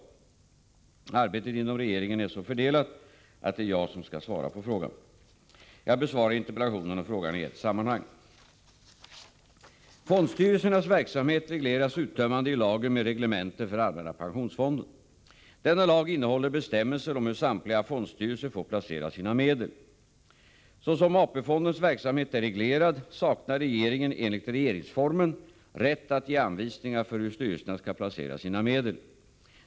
Arbetet inom regeringen är så fördelat att det är jag som skall svara på frågan. Jag besvarar interpellationen och frågan i ett sammanhang. Fondstyrelsernas verksamhet regleras uttömmande i lagen med reglemente för allmänna pensionsfonden. Denna lag innehåller bestämmelser om hur samtliga fondstyrelser får placera sina medel. Såsom AP-fondens verksamhet är reglerad saknar regeringen enligt regeringsformen rätt att ge anvisningar för hur styrelserna skall placera sina medel.